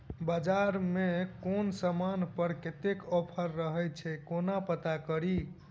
बजार मे केँ समान पर कत्ते ऑफर रहय छै केना पत्ता कड़ी?